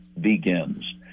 begins